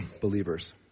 believers